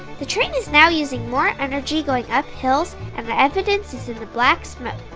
the train is now using more energy going up hills and the evidence is is the black smoke.